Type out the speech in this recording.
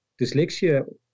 dyslexia